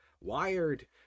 wired